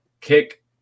kick